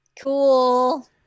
cool